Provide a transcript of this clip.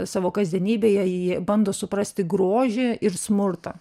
savo kasdienybėje ji bando suprasti grožį ir smurtą